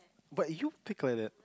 but if you pick like that